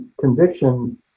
conviction